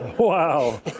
Wow